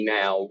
now